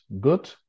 Good